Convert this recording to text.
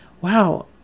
wow